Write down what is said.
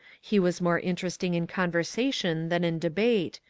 he was more interesting in conversation than in debate,